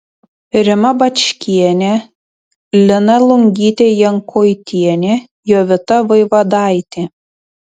rima bačkienė lina lungytė jankoitienė jovita vaivadaitė